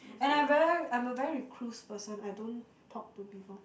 and I very I am very recluse person I don't talk to people